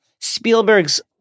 Spielberg's